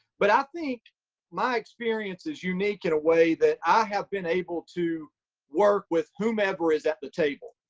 but i think my experience is unique in a way that i have been able to work with whomever is at the table.